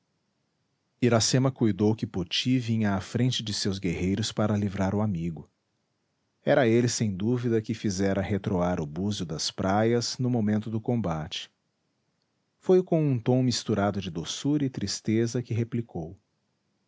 iracema cuidou que poti vinha à frente de seus guerreiros para livrar o amigo era ele sem dúvida que fizera retroar o búzio das praias no momento do combate foi com um tom misturado de doçura e tristeza que replicou